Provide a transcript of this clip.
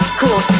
cool